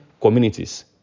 communities